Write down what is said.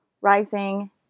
rising